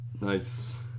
Nice